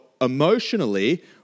emotionally